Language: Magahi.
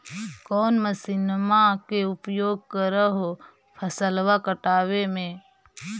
कौन मसिंनमा के उपयोग कर हो फसलबा काटबे में?